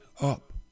up